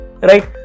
right